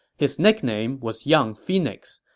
his nickname was young phoenix,